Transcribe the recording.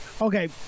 Okay